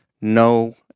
no